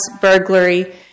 burglary